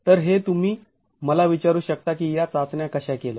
तर हे तुम्ही मला विचारू शकता की या चाचण्या कशा केल्या